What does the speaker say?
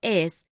es